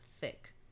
thick